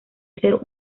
ser